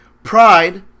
Pride